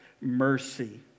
mercy